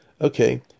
Okay